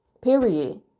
Period